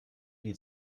die